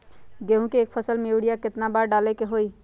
गेंहू के एक फसल में यूरिया केतना बार डाले के होई?